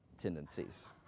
tendencies